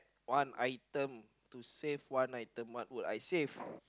one item to save one item what would I save